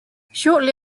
shortly